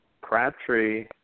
Crabtree